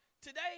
today